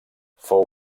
fou